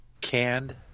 canned –